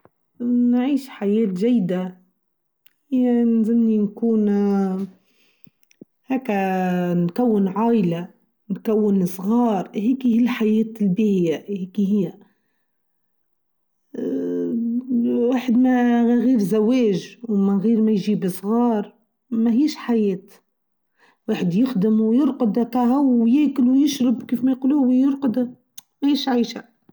نعيش حياة جيدة يعني نكون هاكا نكون عائلة نكون صغار هيك هي الحياة البيئة واحد ما غير زواج ما غير ما يجيب صغار ما هيش حياة واحد يخدم ويرقد كهو ويأكل ويشرب كيف ما يقولوه ويرقد ما هيش عايشة.